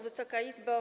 Wysoka Izbo!